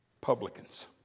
publicans